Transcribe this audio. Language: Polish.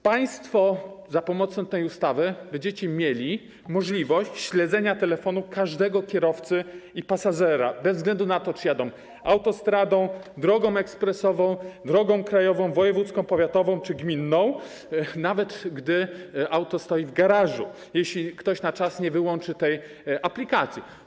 Państwo za pomocą tej ustawy będziecie mieli możliwość śledzenia telefonu każdego kierowcy i pasażera bez względu na to, czy jadą autostradą, drogą ekspresową, drogą krajową, wojewódzką, powiatową czy gminną, nawet gdy auto stoi w garażu, jeśli ktoś na czas nie wyłączy tej aplikacji.